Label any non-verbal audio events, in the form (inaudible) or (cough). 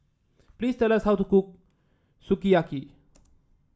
please tell (unintelligible) how to cook Sukiyaki